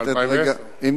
2010. אדוני היושב-ראש,